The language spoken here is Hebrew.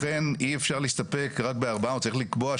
לכן הקביעה